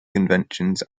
conventions